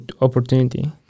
opportunity